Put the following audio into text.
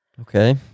Okay